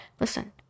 listen